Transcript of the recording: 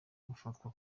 gufatwa